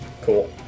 Cool